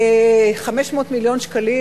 500 מיליון שקלים,